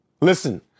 Listen